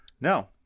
No